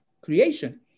creation